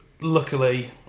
luckily